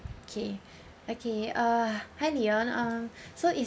okay okay uh hi leon um so is